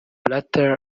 blatter